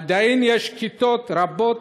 עדיין יש כיתות רבות